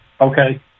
Okay